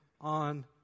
on